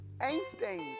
Einstein's